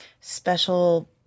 Special –